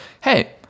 hey